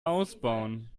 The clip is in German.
ausbauen